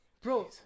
Bro